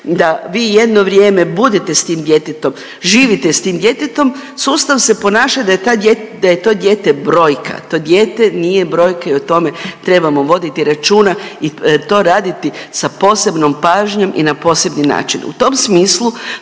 da vi jedno vrijeme budete s tim djetetom, živite s tim djetetom, sustav se ponaša da je to dijete brojka. To dijete nije brojka i o tome trebamo voditi računa i to raditi sa posebnom pažnjom i na posebni način.